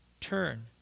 turn